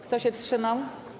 Kto się wstrzymał?